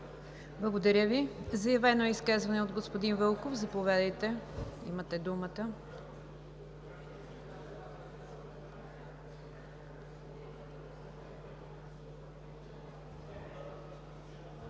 Благодаря Ви. Заявено е изказване от господин Вълков. Заповядайте, имате думата.